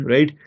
Right